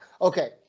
Okay